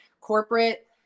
Corporate